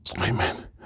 Amen